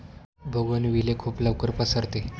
bougainvillea खूप लवकर पसरते